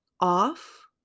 off